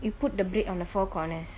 you put the bread on the four corners